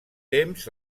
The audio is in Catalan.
temps